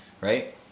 right